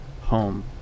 home